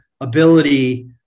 ability